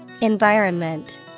Environment